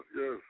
Yes